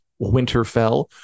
winterfell